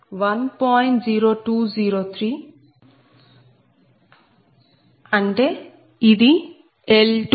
0203 అంటే ఇది L2IC24